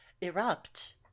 erupt